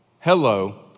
hello